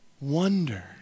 Wonder